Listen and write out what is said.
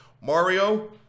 Mario